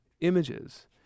images